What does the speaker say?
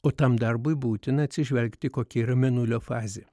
o tam darbui būtina atsižvelgti kokia yra mėnulio fazė